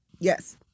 Yes